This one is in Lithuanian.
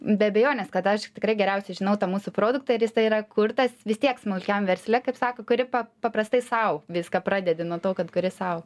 be abejonės kad aš tikrai geriausiai žinau tą mūsų produktą ir jisai yra kurtas vis tiek smulkiam versle kaip sako kuri paprastai sau viską pradedi nuo to kad kuri sau